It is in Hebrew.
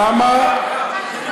כמה, כמה?